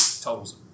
Totals